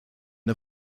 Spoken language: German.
der